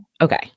Okay